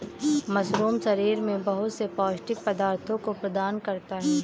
mushroom शरीर में बहुत से पौष्टिक पदार्थों को प्रदान करता है